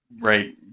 right